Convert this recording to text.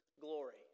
glory